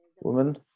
woman